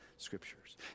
scriptures